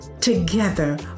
Together